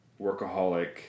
workaholic